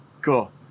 cool